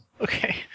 okay